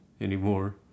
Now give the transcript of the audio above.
anymore